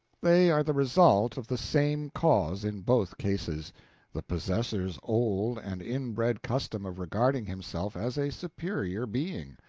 they are the result of the same cause in both cases the possessor's old and inbred custom of regarding himself as a superior being.